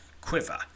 quiver